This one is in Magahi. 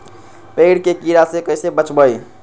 पेड़ के कीड़ा से कैसे बचबई?